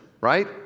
Right